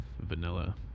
Vanilla